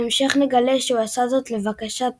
בהמשך נגלה שהוא עשה זאת לבקשת דמבלדור,